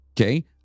okay